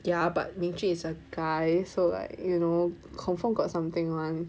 ya but Ming Jun is a guy so like you know confirm got something [one]